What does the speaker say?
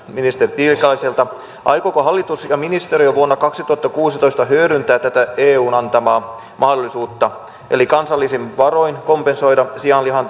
ministeri tiilikaiselta aikooko hallitus ja ministeriö vuonna kaksituhattakuusitoista hyödyntää tätä eun antamaa mahdollisuutta eli kansallisin varoin kompensoida sianlihan